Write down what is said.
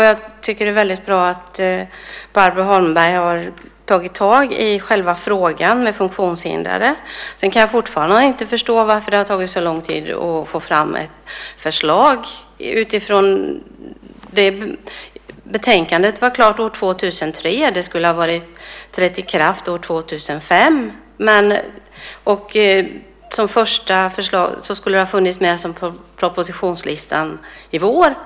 Jag tycker att det är väldigt bra att Barbro Holmberg har tagit tag i själva frågan om funktionshindrade. Sedan kan jag fortfarande inte förstå varför det har tagit så lång tid att få fram ett förslag. Betänkandet var klart år 2003. Lagändringarna skulle ha trätt i kraft år 2005. Som första förslag skulle det ha funnits med på propositionslistan i vår.